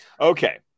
okay